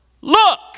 look